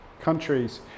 countries